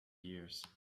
years